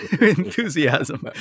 enthusiasm